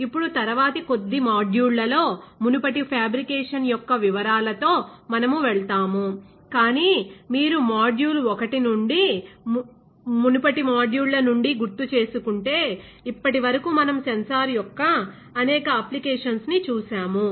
ఇప్పుడు తరువాతి కొద్ది మాడ్యూళ్ళలో మునుపటి ఫ్యాబ్రికేషన్ యొక్క వివరాలతో మనము వెళ్తాము కాని మీరు మాడ్యూల్ 1 నుండి మునుపటి మాడ్యూళ్ళ నుండి గుర్తుచేసుకుంటే ఇప్పటి వరకు మనము సెన్సార్ యొక్క అనేక అప్లికేషన్స్ ని చూశాము